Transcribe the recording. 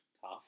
Tough